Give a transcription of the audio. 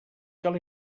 cal